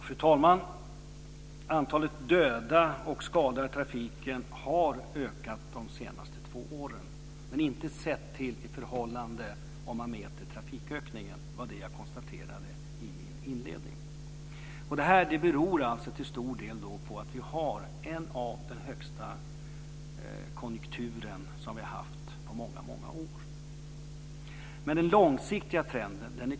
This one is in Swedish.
Fru talman! Antalet döda och skadade i trafiken har ökat de senaste två åren, men inte i förhållande till trafikökningen. Det var det jag konstaterade i min inledning. Det beror till stor del på att vi har en av de högsta konjunkturerna på många år. Den långsiktiga trenden är klar.